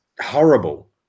horrible